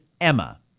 Emma